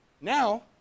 Now